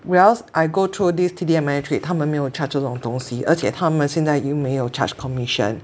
whereas I go through this T_D Ameritrade 他们没有 charge 这种东西而且他们现在又没有 charge commission